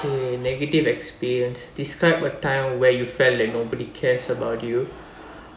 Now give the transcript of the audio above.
eh negative experience describe a time where you felt like nobody cares about you